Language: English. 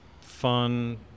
fun